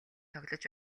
тоглож